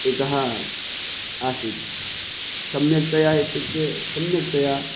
एकः आसीत् सम्यक्तया इत्युक्ते सम्यक्तया